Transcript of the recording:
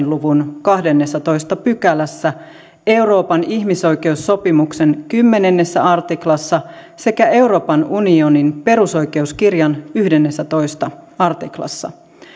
luvun kahdennessatoista pykälässä euroopan ihmisoikeussopimuksen kymmenennessä artiklassa sekä euroopan unionin perusoikeuskirjan yhdennessätoista artiklassa